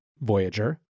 Voyager